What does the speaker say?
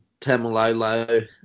Tamalolo